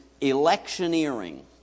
electioneering